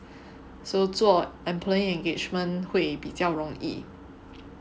so 做 employee engagement 会比较容易